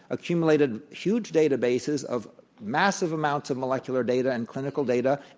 accumulated huge databases of massive amounts of molecular data and clinical data.